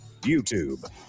YouTube